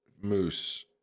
moose